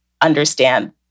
understand